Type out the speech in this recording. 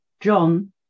John